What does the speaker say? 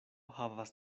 havas